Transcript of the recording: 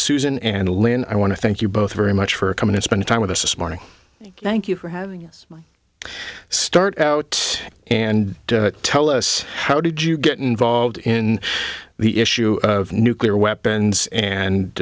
susan and lynn i want to thank you both very much for coming to spend time with us this morning thank you for having us start out and tell us how did you get involved in the issue of nuclear weapons and